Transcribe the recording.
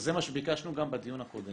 שזה מה שביקשנו גם בדיון הקודם.